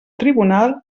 tribunal